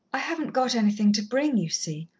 i hadn't got anything to bring, you see.